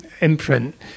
imprint